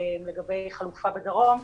לגבי חלופה בדרום,